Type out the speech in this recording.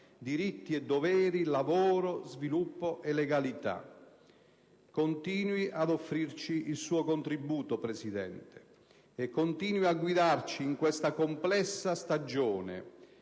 diritti e doveri, lavoro, sviluppo e legalità. Continui ad offrirci il suo contributo, presidente Colombo, e continui a guidarci in questa complessa stagione,